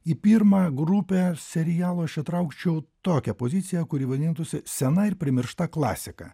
į pirmą grupę serialų aš įtraukčiau tokią poziciją kuri vadintųsi sena ir primiršta klasika